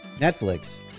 Netflix